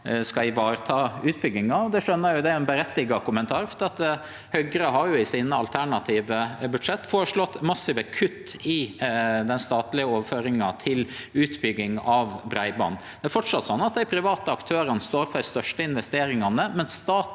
skal vareta utbygginga. Det skjønar eg, det er rett å gjere, for Høgre har i sine alternative budsjett føreslått massive kutt i den statlege overføringa til utbygging av breiband. Det er framleis slik at dei private aktørane står for dei største investeringane, men staten